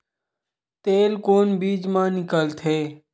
तेल कोन बीज मा निकलथे?